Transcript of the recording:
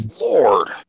Lord